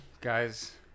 guys